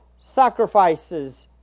sacrifices